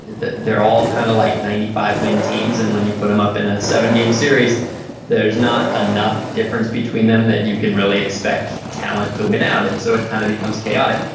they're all kind of like ninety five win teams and when you put them up in a seven game series there's not enough difference between them that you can really expect talent to win out and so it kind of becomes chaotic.